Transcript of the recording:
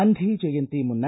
ಗಾಂಧಿ ಜಯಂತಿ ಮುನ್ನ